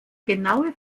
genaue